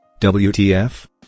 WTF